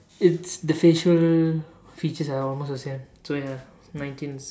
it's the facial features are almost the same so ya nineteen's